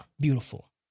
beautiful